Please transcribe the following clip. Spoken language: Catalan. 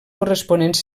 corresponents